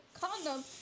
condom